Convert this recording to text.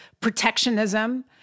protectionism